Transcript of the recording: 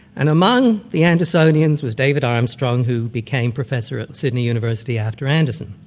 and among the andersonians was david armstrong, who became professor at sydney university after anderson.